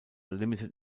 limited